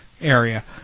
area